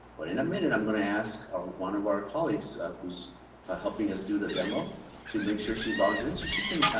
but in a minute, i'm going to ask one of our colleagues who's ah helping us do the demo to make sure she logs in, so she can